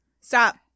Stop